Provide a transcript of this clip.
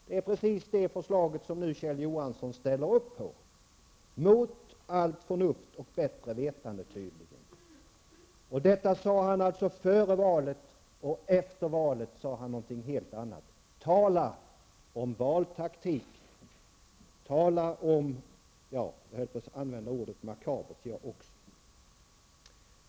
Det är precis det förslag som Kjell Johansson nu ställer upp på, mot allt förnuft och bättre vetande, tydligen. Detta sade han alltså före valet. Efter valet sade han någonting helt annat. Tala om valtaktik! Tala om, ja, jag höll på att använda ordet makabert jag också.